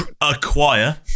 acquire